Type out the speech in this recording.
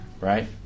Right